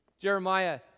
Jeremiah